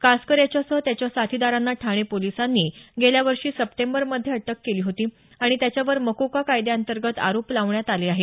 कासकर याच्यासह त्याच्या साथीदारांना ठाणे पोलिसांनी गेल्या वर्षी सप्टेंबरमध्ये अटक केली होती आणि त्याच्यावर मकोका कायद्याअंतर्गत आरोप लावण्यात आले आहेत